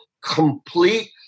complete